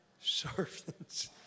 Servants